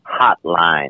Hotline